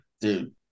Dude